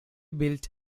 built